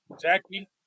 Jackie